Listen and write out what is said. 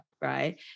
right